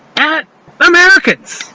at americans!